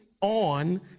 on